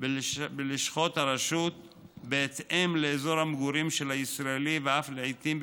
בלשכות הרשות בהתאם לאזור המגורים של הישראלי ואף לעיתים,